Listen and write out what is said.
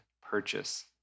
purchase